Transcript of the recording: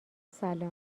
سلام